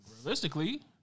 realistically